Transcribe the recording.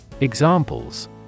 Examples